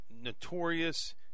notorious